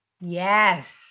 Yes